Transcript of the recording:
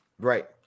Right